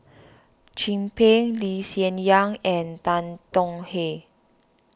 Chin Peng Lee Hsien Yang and Tan Tong Hye